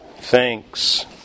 thanks